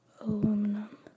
Aluminum